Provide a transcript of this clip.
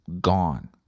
gone